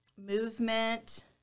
movement